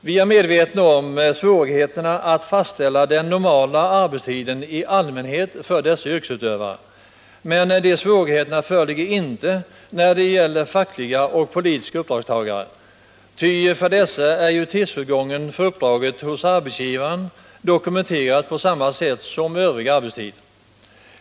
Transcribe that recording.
Vi är medvetna om svårigheten att fastställa den normala arbetstiden i allmänhet för dessa yrkesutövare, men de svårigheterna föreligger inte när det gäller fackliga och politiska uppdragstagare, ty för dessa är ju tidsåtgången för uppdraget dokumenterad hos arbetsgivaren på samma sätt som övrig arbetstid.